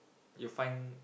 you find